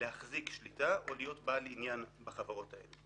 להחזיק שליטה או להיות בעל עניין בחברות האלה.